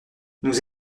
nous